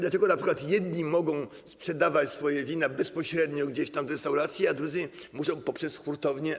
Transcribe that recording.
Dlaczego np. jedni mogą sprzedawać swoje wina bezpośrednio gdzieś w restauracji, a drudzy muszą poprzez hurtownie?